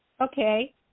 Okay